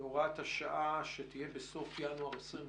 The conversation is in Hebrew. הוראת השעה שתהיה בינואר 21,